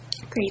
Great